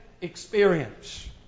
experience